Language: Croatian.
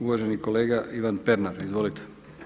Uvaženi kolega Ivan Pernar, izvolite.